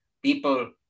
people